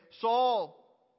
Saul